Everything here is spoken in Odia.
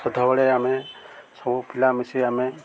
ସେତେବେଳେ ଆମେ ସବୁ ପିଲା ମିଶି ଆମେ